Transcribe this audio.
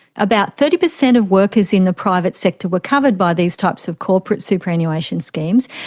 about thirty percent of workers in the private sector were covered by these types of corporate superannuation schemes,